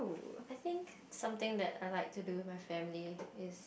I think something that I like to do with my family is